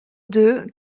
deux